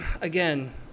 again